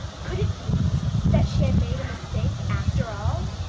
could it be that she had made a mistake after all,